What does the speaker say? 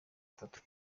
batatu